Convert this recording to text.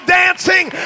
dancing